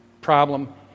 problem